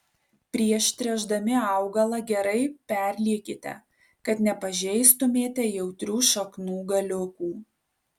prieš tręšdami augalą gerai perliekite kad nepažeistumėte jautrių šaknų galiukų